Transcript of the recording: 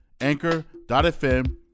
anchor.fm